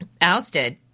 ousted